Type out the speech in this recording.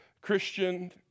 Christian